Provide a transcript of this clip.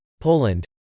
Poland